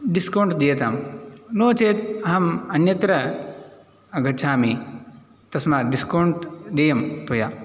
discount दीयतां नो चेत् अहम् अन्यत्र गच्छामि तस्मात् डिस्कौण्ट् देयं त्वया